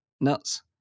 nuts